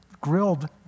grilled